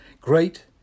great